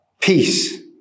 peace